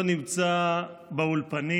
גם לא נמצא באולפנים.